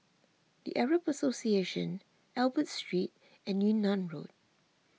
the Arab Association Albert Street and Yunnan Road